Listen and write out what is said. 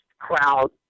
crowd